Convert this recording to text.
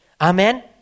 Amen